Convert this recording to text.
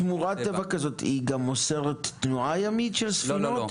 שמורת טבע כזאת גם אוסרת תנועה ימית של ספינות,